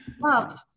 love